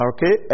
Okay